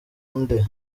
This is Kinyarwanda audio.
nde